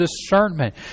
discernment